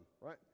right